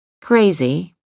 Crazy